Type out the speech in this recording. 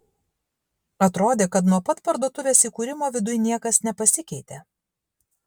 atrodė kad nuo pat parduotuvės įkūrimo viduj niekas nepasikeitė